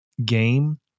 game